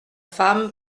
femme